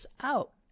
out